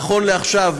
נכון לעכשיו,